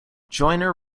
joyner